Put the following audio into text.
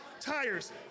tires